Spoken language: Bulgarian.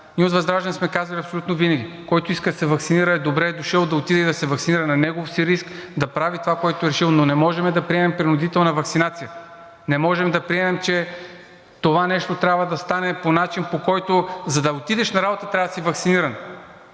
Ние от ВЪЗРАЖДАНЕ сме казвали абсолютно винаги: който иска да се ваксинира, е добре дошъл да отиде да се ваксинира на негов си риск, да прави това, което е решил, но не може да приемем принудителна ваксинация, не може да приемем, че това нещо трябва да стане по начин, по който, за да отидеш на работа, трябва да си ваксиниран,